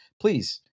Please